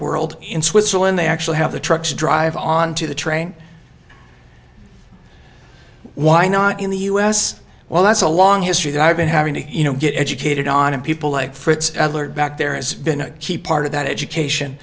world in switzerland they actually have the trucks drive onto the train why not in the u s well that's a long history that i've been having to you know get educated on and people like fritz back there has been a key part of that education